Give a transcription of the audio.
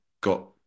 got